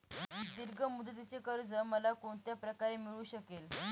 दीर्घ मुदतीचे कर्ज मला कोणत्या प्रकारे मिळू शकेल?